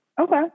Okay